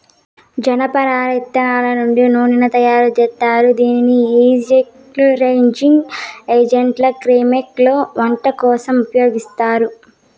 జనపనార ఇత్తనాల నుండి నూనెను తయారు జేత్తారు, దీనిని మాయిశ్చరైజింగ్ ఏజెంట్గా క్రీమ్లలో, వంట కోసం ఉపయోగిత్తారు